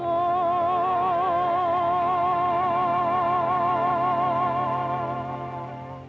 oh